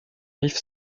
rif